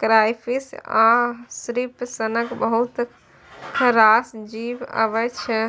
crayfish आ shrimp सनक बहुत रास जीब अबै छै